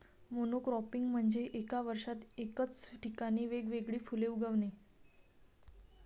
monocropping म्हणजे एका वर्षात एकाच ठिकाणी वेगवेगळी फुले उगवणे